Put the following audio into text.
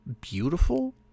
beautiful